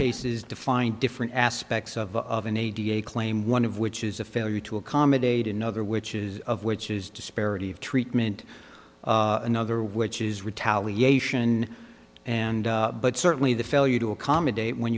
cases defined different aspects of of an eighty eight claim one of which is a failure to accommodate another which is of which is disparity of treatment another which is retaliation and but certainly the failure to accommodate when